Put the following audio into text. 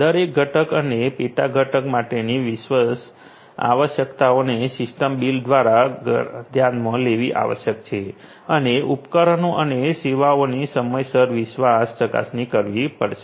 દરેક ઘટક અને પેટા ઘટક માટેની વિશ્વાસ આવશ્યકતાઓને સિસ્ટમ બિલ્ડર દ્વારા ધ્યાનમાં લેવી આવશ્યક છે અને ઉપકરણો અને સેવાઓની સમયસર વિશ્વાસ ચકાસણી કરવી પડશે